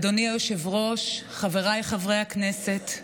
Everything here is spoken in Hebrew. אדוני היושב-ראש, חבריי חברי הכנסת,